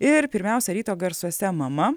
ir pirmiausia ryto garsuose mama